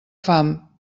fam